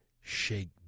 Shake